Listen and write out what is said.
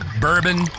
bourbon